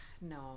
No